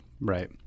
Right